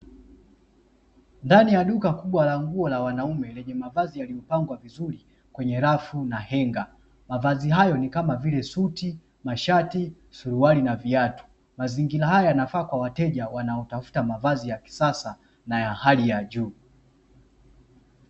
Ndani ya duka kubwa la nguo la wanaume, lenye mavazi yaliyopangwa vizuri kwenye rafu na henga. Mavazi hayo ni kama vile; Suti, mashati, suruali na viatu. Mazingira haya yanafaa kwa wateja wanaotafuta mavazi ya kisasa na ya hali ya juu.